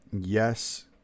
yes